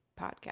podcast